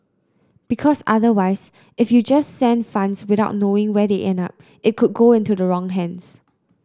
because otherwise if you just send funds without knowing where they end up it could go into the wrong hands